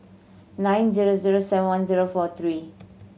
nine zero zero seven one zero four three